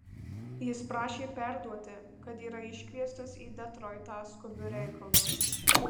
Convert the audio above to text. jis prašė perduoti kad yra iškviestas į detroitą skubiu reikalu